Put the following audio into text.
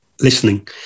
listening